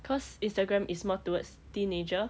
cause instagram is more towards teenagers